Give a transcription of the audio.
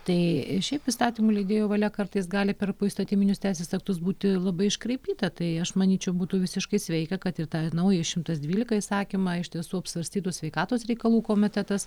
tai šiaip įstatymų leidėjo valia kartais gali per poįstatyminius teisės aktus būti labai iškraipyta tai aš manyčiau būtų visiškai sveika kad ir tą naują šimtas dvylika įsakymą iš tiesų apsvarstytų sveikatos reikalų komitetas